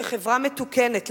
כחברה מתוקנת,